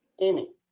Amy